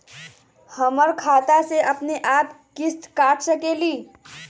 हमर खाता से अपनेआप किस्त काट सकेली?